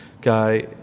guy